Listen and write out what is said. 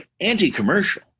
anti-commercial